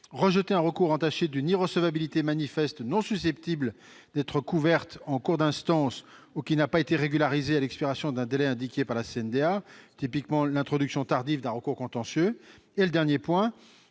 rejeter un recours entaché d'une irrecevabilité manifeste non susceptible d'être couverte en cours d'instance ou qui n'a pas été régularisée à l'expiration d'un délai indiqué par la CNDA -typiquement, l'introduction tardive d'un recours contentieux -, rejeter un